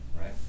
right